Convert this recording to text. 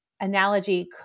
analogy